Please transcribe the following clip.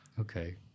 Okay